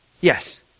Yes